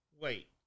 Wait